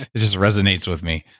this resonates with me.